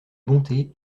bonté